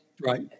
Right